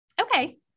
Okay